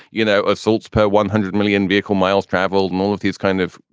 you know, assaults per one hundred million vehicle miles traveled more of these kind of,